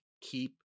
Keep